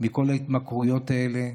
מכל ההתמכרויות האלה,